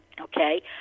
okay